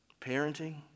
parenting